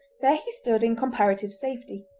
there he stood in comparative safety,